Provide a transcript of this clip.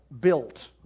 built